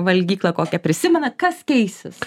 valgyklą kokią prisimena kas keisis